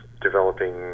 developing